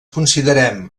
considerem